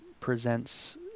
presents